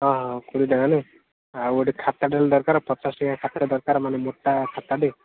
ହଁ ହଁ କୋଡ଼ିଏ ଟଙ୍କା ନାଇଁ ଆଉ ଗୋଟେ ଖାତାଟେ ହେଲେ ଦରକାର ପଚାଶଟଙ୍କିଆ ଖାତାଟେ ଦରକାର ମାନେ ମୋଟା ଖାତାଟେ